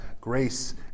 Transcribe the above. grace